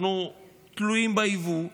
אנחנו תלויים ביבוא,